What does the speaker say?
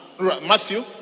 matthew